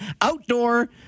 Outdoor